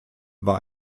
war